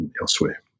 elsewhere